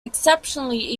exceptionally